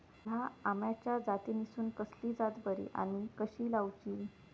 हया आम्याच्या जातीनिसून कसली जात बरी आनी कशी लाऊची?